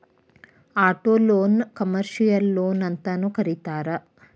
ಆಟೊಲೊನ್ನ ಕಮರ್ಷಿಯಲ್ ಲೊನ್ಅಂತನೂ ಕರೇತಾರ